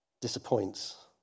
disappoints